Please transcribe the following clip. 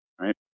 right